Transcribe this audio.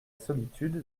solitude